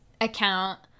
account